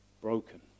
broken